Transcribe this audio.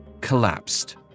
collapsed